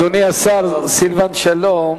אדוני השר סילבן שלום,